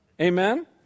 Amen